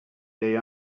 day